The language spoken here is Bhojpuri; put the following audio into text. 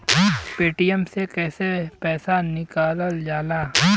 पेटीएम से कैसे पैसा निकलल जाला?